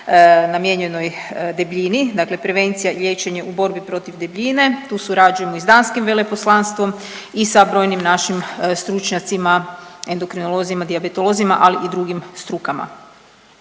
namijenjenoj debljini, dakle prevencija i liječenje u borbi protiv debljine. Tu surađujemo i s danskim veleposlanstvom i sa brojnim našim stručnjacima endokrinolozima, dijabetolozima, ali i drugim strukama.